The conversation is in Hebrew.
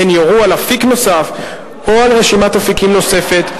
הן יורו על אפיק נוסף או על רשימת אפיקים נוספת,